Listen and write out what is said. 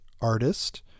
artist